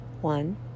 one